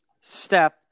step